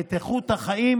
את איכות החיים